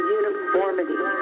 uniformity